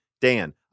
Dan